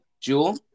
Jewel